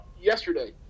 yesterday